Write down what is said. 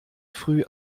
früh